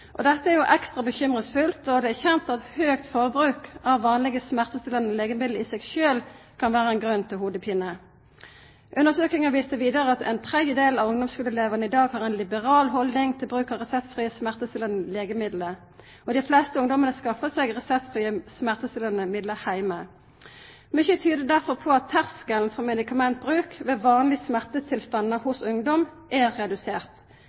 Dette er ekstra bekymringsfullt, og det er kjent at høgt forbruk av vanlege smertestillande legemiddel i seg sjølv kan vera ein grunn til hovudverk. Undersøkinga viste vidare at ⅓ av ungdomsskuleelevane i dag har ei liberal haldning til bruk av reseptfrie smertestillande legemiddel. Dei fleste ungdommane skaffar seg reseptfrie smertestillande middel heime. Mykje tyder derfor på at terskelen for medikamentbruk ved vanlege smertetilstandar for ungdom er redusert.